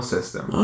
System